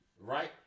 right